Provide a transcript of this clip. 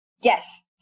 Yes